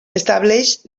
estableix